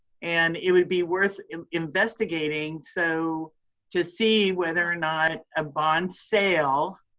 and it would be worth investigating. so to see whether or not a bond sale,